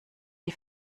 die